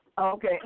Okay